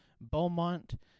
Beaumont